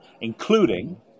including